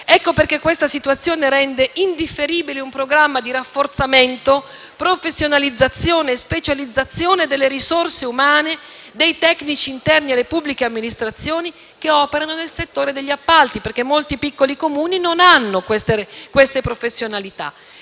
Per questo tale situazione rende indifferibile un programma di rafforzamento, professionalizzazione e specializzazione delle risorse umane, dei tecnici interni alle pubbliche amministrazioni che operano nel settore degli appalti. Molti piccoli Comuni, infatti, non hanno queste professionalità.